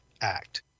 act